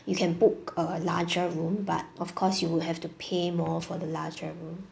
you can book a larger room but of course you would have to pay more for the larger room